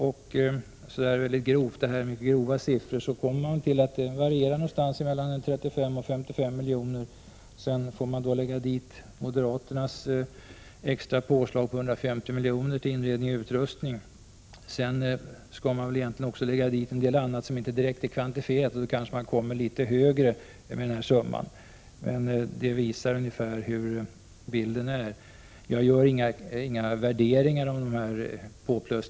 Jag kom då fram till att det i grova drag varierar mellan 35 och 55 miljoner. Till det kommer moderaternas extra påslag på 150 miljoner till inredning och utrustning. Vidare skall man väl egentligen också lägga till en del annat som inte är direkt kvantifierat. Då kanske man kommer litet högre än den summan, men den ger ändå en ungefärlig bild av läget.